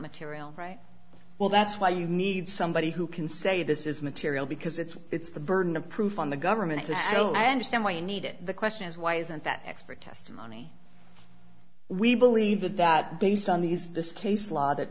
material well that's why you need somebody who can say this is material because it's it's the burden of proof on the government and i don't understand why you need it the question is why isn't that expert testimony we believe that that based on these this case law that